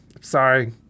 Sorry